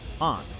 on